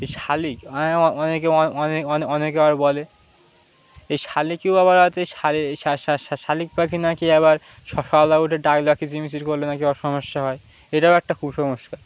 এই শালিক অনেকে অনে অনেকে আবার বলে এই শালিকেও আবার আছে শালিক পাখি না কি আবার উঠে কিচির মিচির করলে না কি আবার সমস্যা হয় এটাও একটা কুসংস্কার